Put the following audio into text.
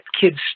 kids